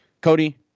Cody